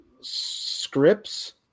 scripts